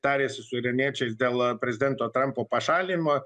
tarėsi su iraniečiais dėl prezidento trampo pašalinimo